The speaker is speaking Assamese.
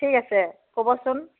ঠিক আছে ক'বচোন